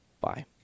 Bye